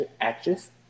Actress